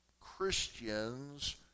Christians